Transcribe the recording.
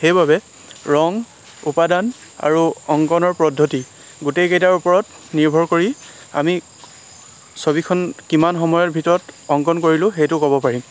সেইবাবে ৰং উপাদান আৰু অংকনৰ পদ্ধতি গোটেইকেইটাৰ ওপৰত নিৰ্ভৰ কৰি আমি ছবিখন কিমান সময়ৰ ভিতৰত অংকন কৰিলোঁ সেইটো ক'ব পাৰিম